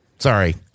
Sorry